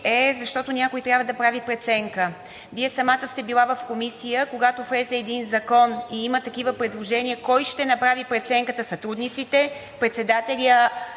е, защото някой трябва да прави преценка. Вие самата сте била в комисия, когато влезе един закон и има такива предложения кой ще направи преценката – сътрудниците, председателят